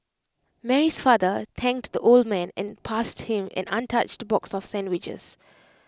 Mary's father thanked the old man and passed him an untouched box of sandwiches